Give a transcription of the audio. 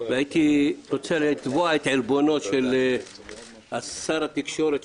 והייתי רוצה לתבוע את עלבונו של שר התקשורת,